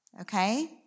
Okay